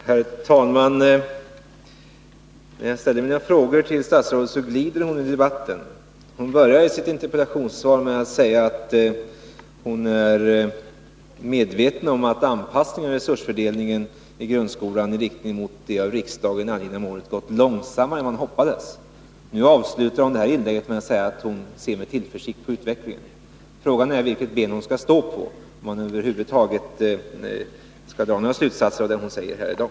Herr talman! När jag ställer mina frågor till statsrådet, så glider hon i debatten. Hon sade i sitt interpellationssvar att hon ”är medveten om att anpassningen av resursfördelningssystemet i grundskolan i riktning mot det av riksdagen angivna målet gått långsammare än man hoppades”. Nu avslutar hon det senaste inlägget med att säga att hon ser med tillförsikt på utvecklingen. Frågan är vilket ben hon skall stå på — om man över huvud taget skall dra några slutsatser av det hon säger här i dag.